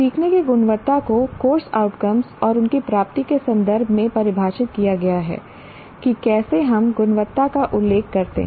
सीखने की गुणवत्ता को कोर्स आउटकम्स और उनकी प्राप्ति के संदर्भ में परिभाषित किया गया है कि कैसे हम गुणवत्ता का उल्लेख करते हैं